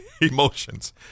emotions